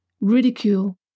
ridicule